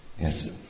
Yes